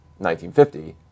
1950